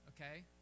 okay